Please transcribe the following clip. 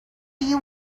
you